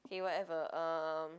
okay whatever um